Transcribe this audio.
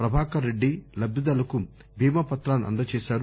ప్రభాకర్ రెడ్డి లబ్దిదారులకు బీమా పత్రాలను అందజేశారు